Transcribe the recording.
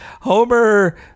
Homer